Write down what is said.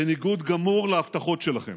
בניגוד גמור להבטחות שלכם.